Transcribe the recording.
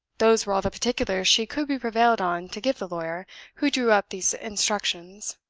those were all the particulars she could be prevailed on to give the lawyer who drew up these instructions.